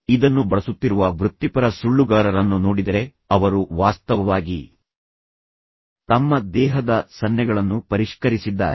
ಇದನ್ನು ಬಳಸುತ್ತಿರುವ ವೃತ್ತಿಪರ ಸುಳ್ಳುಗಾರರನ್ನು ನೋಡಿದರೆ ಅವರು ವಾಸ್ತವವಾಗಿ ತಮ್ಮ ದೇಹದ ಸನ್ನೆಗಳನ್ನು ಪರಿಷ್ಕರಿಸಿದ್ದಾರೆ